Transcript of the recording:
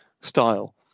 style